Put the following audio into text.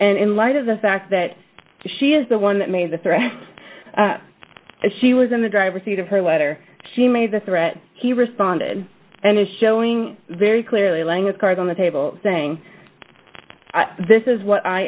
and in light of the fact that she is the one that made the threats she was in the driver's seat of her letter she made the threat he responded and is showing very clearly laying its cards on the table saying this is what i